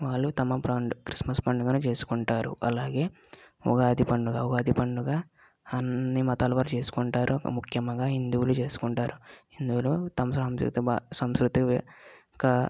వాళ్ళు తమ పండుగ క్రిస్మస్ పండగను చేసుకుంటారు అలాగే ఉగాది పండగ ఉగాది పండగ అన్ని మతాలవారు చేసుకుంటారు ముఖ్యంగా హిందువులు చేసుకుంటారు హిందువులు తమ సాంస్కృతిక సాంస్కృతిక